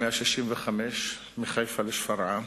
165 מחיפה לשפרעם,